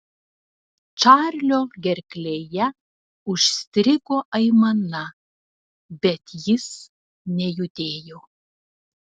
čarlio gerklėje užstrigo aimana bet jis nejudėjo